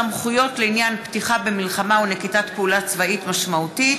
(סמכויות לעניין פתיחה במלחמה או נקיטת פעולה צבאית משמעותית),